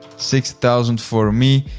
six thousand for me.